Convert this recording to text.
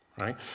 right